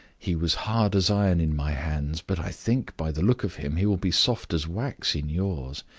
he was hard as iron in my hands, but i think, by the look of him, he will be soft as wax in yours.